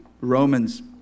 Romans